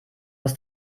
was